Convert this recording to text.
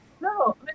No